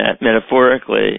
metaphorically